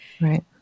Right